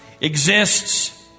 exists